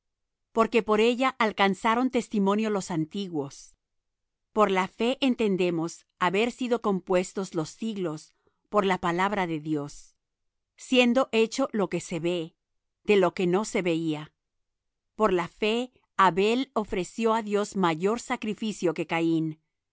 porque por ella alcanzaron testimonio los antiguos por la fe entendemos haber sido compuestos los siglos por la palabra de dios siendo hecho lo que se ve de lo que no se veía por la fe abel ofreció á dios mayor sacrificio que caín